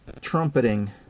trumpeting